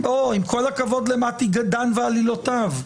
עם כל הכבוד למתי דן ועלילותיו.